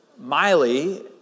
Miley